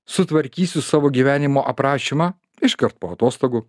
sutvarkysiu savo gyvenimo aprašymą iškart po atostogų